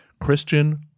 Christian